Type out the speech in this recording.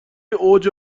اوج